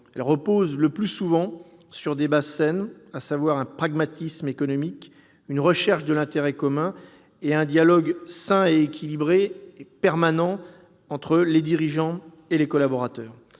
Elles reposent le plus souvent sur des bases saines, à savoir un pragmatisme économique, une recherche de l'intérêt commun et un dialogue social sain, équilibré et permanent entre le dirigeant et les collaborateurs.